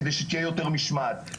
כדי שתהיה יותר משמעת,